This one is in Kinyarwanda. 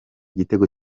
gitego